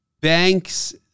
banks